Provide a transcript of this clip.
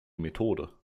methode